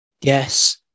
Yes